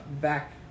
back